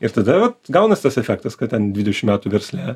ir tada gaunas tas efektas kad ten dvidešim metų versle